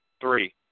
Three